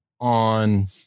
On